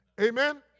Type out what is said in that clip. Amen